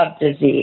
disease